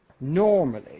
normally